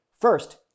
First